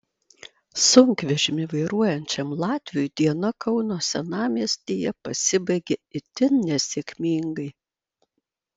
sunkvežimį vairuojančiam latviui diena kauno senamiestyje pasibaigė itin nesėkmingai